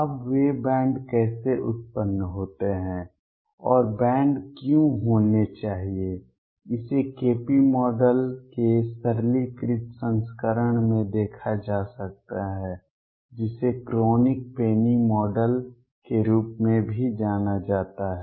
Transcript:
अब वे बैंड कैसे उत्पन्न होते हैं और बैंड क्यों होने चाहिए इसे KP मॉडल के सरलीकृत संस्करण में देखा जा सकता है जिसे क्रोनिग पेनी मॉडल के रूप में भी जाना जाता है